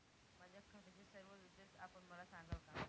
माझ्या खात्याचे सर्व डिटेल्स आपण मला सांगाल का?